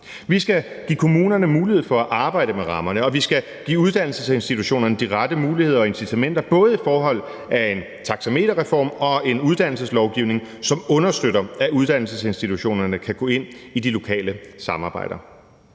Vi skal give kommunerne mulighed for at arbejde med rammerne, og vi skal give uddannelsesinstitutionerne de rette muligheder og incitamenter både i forhold til en taxameterreform og en uddannelseslovgivning, som understøtter, at uddannelsesinstitutionerne kan gå ind i de lokale samarbejder.